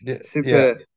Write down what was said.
Super